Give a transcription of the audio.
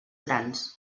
grans